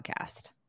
podcast